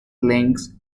links